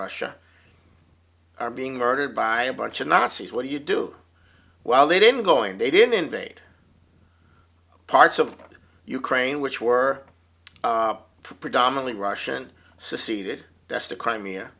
russia are being murdered by a bunch of nazis what do you do well they didn't going they didn't invade parts of ukraine which were predominantly russian seceded that's the crime